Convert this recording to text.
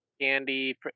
candy